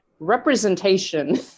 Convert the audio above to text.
representation